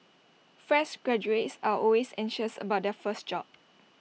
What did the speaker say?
fresh graduates are always anxious about their first job